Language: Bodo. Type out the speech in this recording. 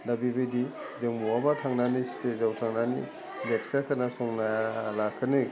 दा बिबायदि जों महाबा थांनानै स्टेजाव थांनानै लेक्सार खोना संना लाखानै